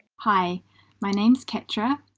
hi my name is ketra,